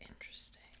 interesting